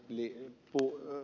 sasi viittasi